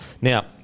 now